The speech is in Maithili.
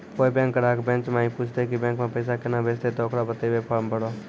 कोय बैंक ग्राहक बेंच माई पुछते की बैंक मे पेसा केना भेजेते ते ओकरा बताइबै फॉर्म भरो